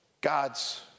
God's